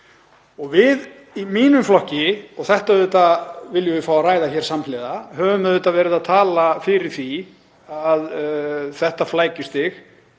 Við í mínum flokki, og þetta viljum við fá að ræða hér samhliða, höfum verið að tala fyrir því að þetta flækjustig,